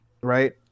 right